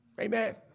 amen